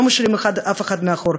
לא משאירים אף אחד מאחור,